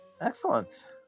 Excellent